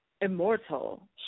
immortal